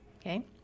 okay